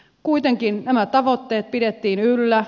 kuitenkin nämä tavoitteet pidettiin yllä